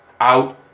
out